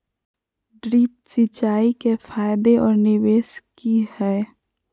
Drip सिंचाई के फायदे और निवेस कि हैय?